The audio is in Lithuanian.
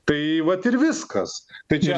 tai vat ir viskas tai čia